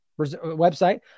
website